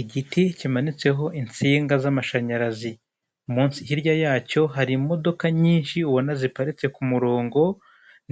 Igiti kimanitseho insinga z'amashanyarazi, hirya yacyo hari imodoka nyinshi ubona ziparitse ku murongo,